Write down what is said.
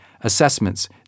assessments